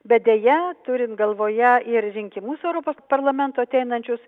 bet deja turint galvoje ir rinkimus europos parlamento ateinančius